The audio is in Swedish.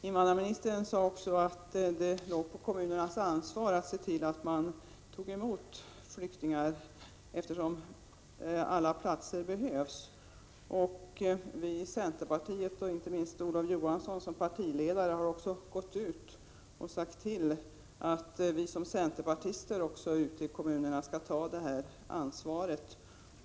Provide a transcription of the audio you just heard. Invandrarministern sade också att kommunerna har ett ansvar för att ta emot flyktingar, eftersom alla platser behövs. Vi i centerpartiet och inte minst vår partiledare Olof Johansson har uttalat att vi centerpartister i kommunerna skall ta detta ansvar.